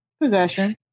possession